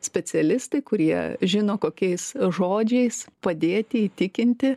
specialistai kurie žino kokiais žodžiais padėti įtikinti